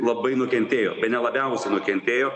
labai nukentėjo bene labiausiai nukentėjo